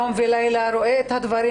יום ולילה,